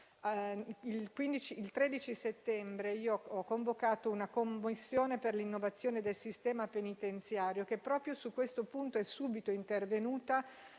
il 13 settembre ho convocato una commissione per l'innovazione del sistema penitenziario che, proprio su questo punto, è subito intervenuta